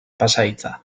pasahitza